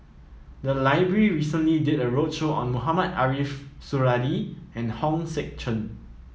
the library recently did a roadshow on Mohamed Ariff Suradi and Hong Sek Chern